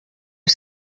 are